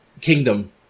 Kingdom